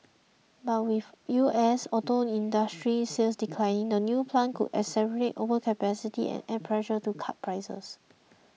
but with U S auto industry sales declining the new plant could exacerbate overcapacity and add pressure to cut prices